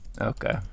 Okay